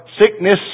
sickness